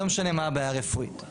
לא משנה מה הבעיה הרפואית.